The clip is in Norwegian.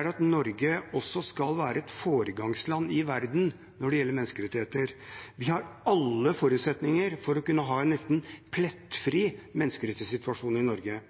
er at Norge også skal være et foregangsland i verden når det gjelder menneskerettigheter. Vi har alle forutsetninger for å kunne ha en nesten plettfri menneskerettighetssituasjon i Norge.